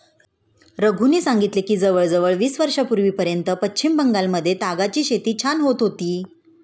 रघूने सांगितले की जवळजवळ वीस वर्षांपूर्वीपर्यंत पश्चिम बंगालमध्ये तागाची शेती छान होत होती